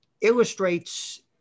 illustrates